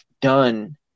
done